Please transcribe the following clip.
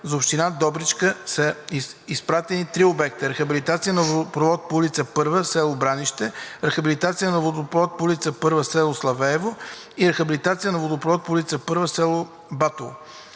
За община Добричка са изпратени три обекта: „Рехабилитация на водопровод по улица „Първа“, село Бранище, „Рехабилитация на водопровод по улица „Първа“, село Славеево и „Рехабилитация на водопровод по улица „Първа“, село Батово.